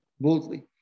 boldly